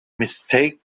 mistake